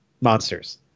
monsters